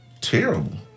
terrible